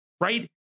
right